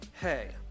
Hey